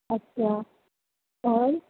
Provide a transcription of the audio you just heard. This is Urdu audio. اچھا اور